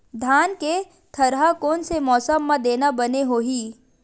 धान के थरहा कोन से मौसम म देना बने होही?